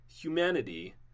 humanity